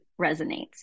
resonates